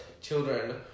children